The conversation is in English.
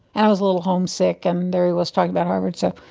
and i was a little homesick, and there he was talking about harvard so,